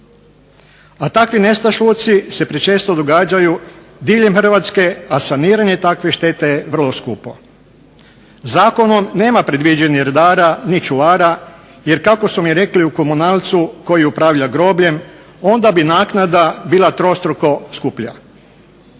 A takvi nestašluci se prečesto događaju diljem Hrvatske, a saniranje takve štete je vrlo skupo. Zakonom nema predviđenih redara ni čuvara jer kako su mi rekli u Komunalcu koji upravlja grobljem, onda bi naknada bila trostruko skuplja.